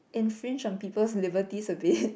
infringe of people leaver dis a bit